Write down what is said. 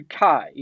UK